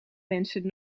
mensen